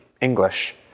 english